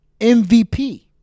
MVP